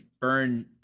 burn